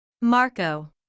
Marco